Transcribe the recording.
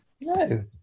No